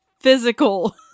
physical